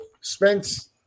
Spence